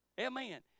Amen